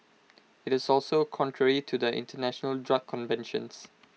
IT is also contrary to the International drug conventions